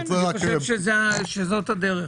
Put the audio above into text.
אני חושב שזאת הדרך.